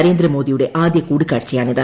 നരേന്ദ്രമോദി യുടെ ആദ്യ കൂടിക്കാഴ്ചയാണിത്